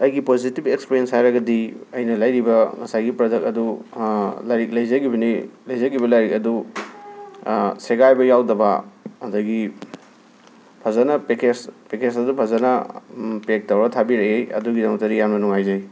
ꯑꯩꯒꯤ positive experience ꯍꯥꯏꯔꯒꯗꯤ ꯑꯩꯅ ꯂꯩꯔꯤꯕ ꯉꯁꯥꯏꯒꯤ ꯄ꯭ꯔꯗꯛ ꯑꯗꯨ ꯂꯥꯏꯔꯤꯛ ꯂꯩꯖꯒꯤꯕꯅꯤ ꯂꯩꯖꯈꯤꯕ ꯂꯥꯏꯔꯤꯛ ꯑꯗꯨ ꯁꯦꯒꯥꯏꯕ ꯌꯥꯎꯗꯕ ꯑꯗꯒꯤ ꯐꯖꯅ ꯄꯦꯀꯦꯁ ꯄꯦꯀꯦꯁ ꯑꯗꯨ ꯐꯖꯅ ꯄꯦꯛ ꯇꯧꯔꯒ ꯊꯥꯕꯤꯔꯛꯏ ꯑꯗꯨꯒꯤꯗꯃꯛꯇꯗꯤ ꯌꯥꯝꯅ ꯅꯨꯡꯉꯥꯏꯖꯩ